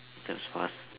that's fast